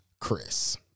Chris